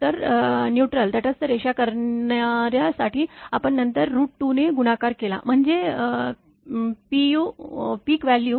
तर तटस्थ रेष करण्या साठी आपण नंतर 2 ने गुणाकार केला म्हणजेच पीक व्हॅल्यू